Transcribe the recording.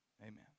Amen